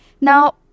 Now